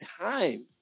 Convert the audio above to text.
time